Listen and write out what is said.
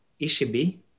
ECB